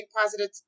positive